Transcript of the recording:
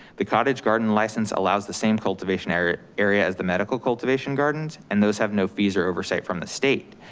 the cottage garden license allows the same cultivation area area as the medical cultivation gardens and those have no fees or oversight from the state.